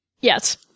Yes